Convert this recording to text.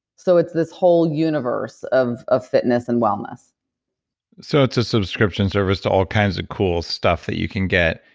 so, it's this whole universe of of fitness and wellness so, it's a subscription service to all kinds of cool stuff that you can get.